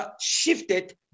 shifted